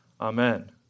Amen